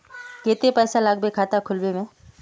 केते पैसा लगते खाता खुलबे में?